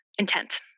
intent